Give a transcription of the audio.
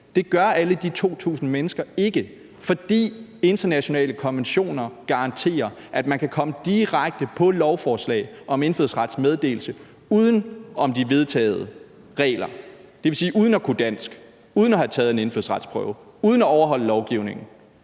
Det gør alle de 2.000 mennesker ikke, fordi internationale konventioner garanterer, at man kan komme direkte på lovforslag om indfødsrets meddelelse uden om de vedtagne regler, dvs. uden at kunne dansk, uden at have taget en indfødsretsprøve, uden at overholde lovgivningen.